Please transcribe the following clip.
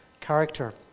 character